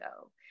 go